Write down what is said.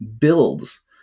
builds